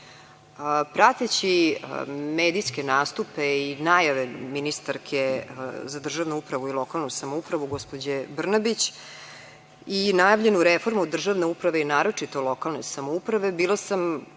prateći medijski nastupe i najave ministarke za državnu upravu i lokalnu samoupravu gospođe Brnabić i najavljenu reformu državne uprave i naročito lokalne samouprave